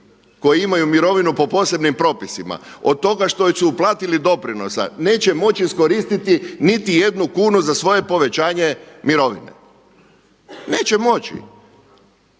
koji imaju mirovinu po posebnim propisima od toga što su uplatili doprinosa neće moći iskoristiti niti jednu kunu za svoje povećanje mirovine. Neće moći.